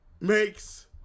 makes